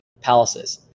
palaces